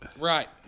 Right